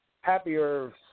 happier